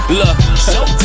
look